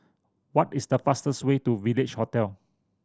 what is the fastest way to Village Hotel